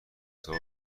سال